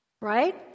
Right